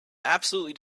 absolutely